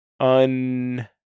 Un